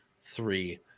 three